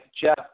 Jeff